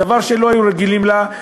דבר שלא היו רגילים לו,